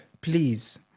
please